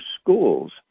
schools